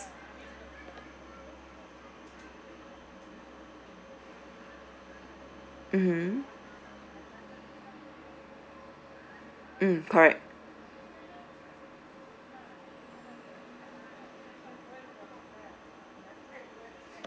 mmhmm mm correct